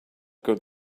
good